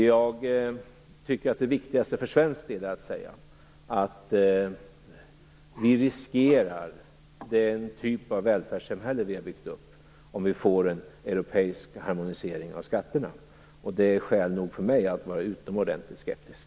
Jag tycker att det viktigaste för svensk del är att säga att vi riskerar den typ av välfärdssamhälle vi har byggt upp om vi får en europeisk harmonisering av skatterna. Det är skäl nog för mig att vara utomordentligt skeptisk.